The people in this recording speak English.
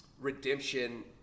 redemption